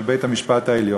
של בית-המשפט העליון,